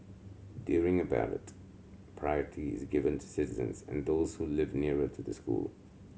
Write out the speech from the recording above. during a ballot priority is given to citizens and those who live nearer to the school